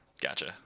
gotcha